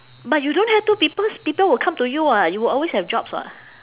but you don't have to because people will come to you [what] you will always have jobs [what]